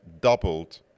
doubled